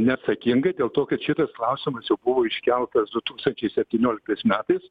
neatsakingai dėl to kad šitas klausimas jau buvo iškeltas du tūkstančiai septynioliktais metais